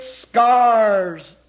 scars